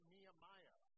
Nehemiah